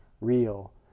real